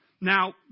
Now